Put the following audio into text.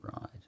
right